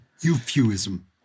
euphuism